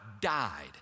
died